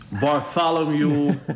Bartholomew